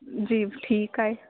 जी ठीकु आहे